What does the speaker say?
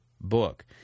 book